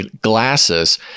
glasses